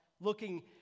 looking